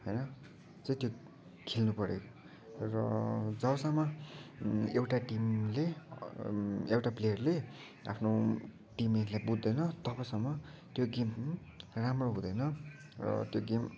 होइन चाहिँ त्यो खेल्न पऱ्यो र जबसम्म एउटा टिमले एउटा प्लेयरले आफ्नो टिम मेटलाई बुझ्दैन तबसम्म त्यो गेम राम्रो हुँदैन र त्यो गेम